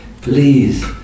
Please